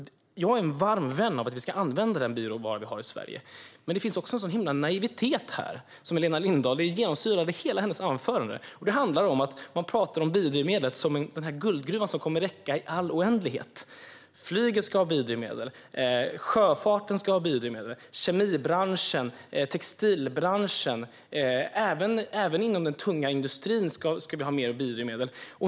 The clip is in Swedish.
Jag är en varm vän av att använda den bioråvara vi har i Sverige, men det finns en sådan himla naivitet här. Den genomsyrade Helena Lindahls hela anförande. Man talar om biodrivmedel som en guldgruva som kommer att räcka i all oändlighet. Flyget ska ha biodrivmedel, och sjöfarten ska ha biodrivmedel. Inom kemibranschen, inom textilbranschen och även inom den tunga industrin ska vi ha mer biodrivmedel.